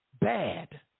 bad